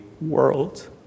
world